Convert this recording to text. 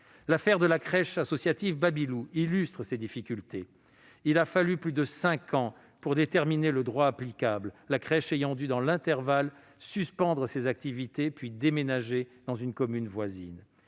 L'affaire de la crèche associative Baby Loup illustre ces difficultés : il a fallu plus de cinq ans pour déterminer le droit applicable, la crèche ayant dû, dans l'intervalle, suspendre ses activités, puis déménager dans une commune voisine.